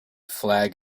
flag